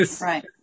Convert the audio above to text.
Right